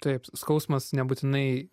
taip skausmas nebūtinai